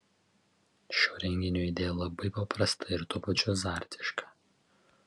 šio renginio idėja labai paprasta ir tuo pačiu azartiška